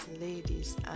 ladies